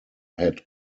head